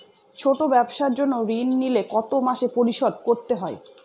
ছোট ব্যবসার জন্য ঋণ নিলে কত মাসে পরিশোধ করতে হয়?